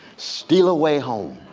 steal away home.